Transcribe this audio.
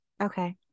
Okay